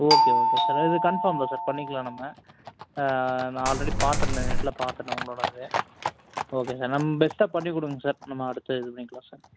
okay okay sir இது confirm தான் sir பண்ணிக்கலாம் நம்ம நான் ஆல்ரெடி பார்த்துருந்தேன் நெட்டில் பார்த்துட்டேன் உங்களோடய் இது ஓகே சார் நம் பெஸ்ட்டா பண்ணிக்கொடுங்க சார் நம்ம அடுத்த இது பண்ணிக்கலாம் சார்